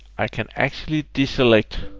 i can actually deselect